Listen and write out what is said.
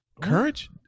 courage